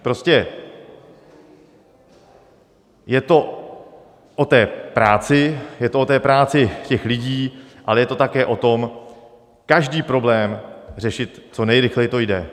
Prostě je to o té práci, je to o práci těch lidí, ale je to také o tom, každý problém řešit, co nejrychleji to jde.